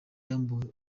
yambuwe